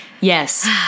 Yes